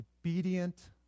Obedient